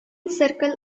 circle